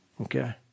Okay